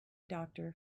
doctor